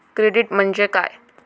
Credit म्हणजे काय?